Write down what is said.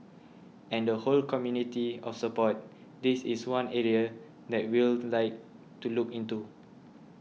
and the whole community of support this is one area that we'll like to look into